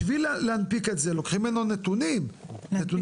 בשביל הנפיק את זה לוקחים ממנו נתוני זיהוי,